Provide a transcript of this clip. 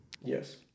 Yes